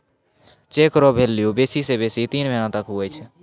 cheque रो value बेसी से बेसी तीन महीना तक हुवै छै